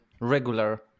regular